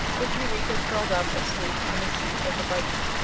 with eureka curled up asleep on the seat of the buggy.